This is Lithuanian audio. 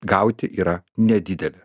gauti yra nedidelė